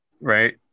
Right